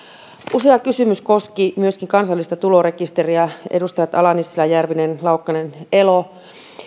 usea kysymys koski myöskin kansallista tulorekisteriä edustajat ala nissilä järvinen laukkanen elo